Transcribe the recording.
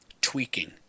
tweaking